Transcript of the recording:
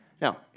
Now